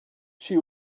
she